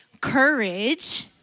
courage